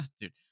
Dude